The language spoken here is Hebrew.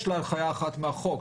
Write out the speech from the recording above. יש לה הנחיה אחת מהחוק,